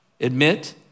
Admit